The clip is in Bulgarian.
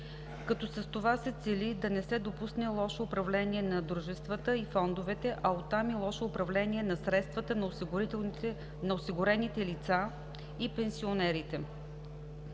Като с това се цели да не се допусне лошо управление на дружествата и фондовете, а от там и лошо управление на средствата на осигурените лица и пенсионерите.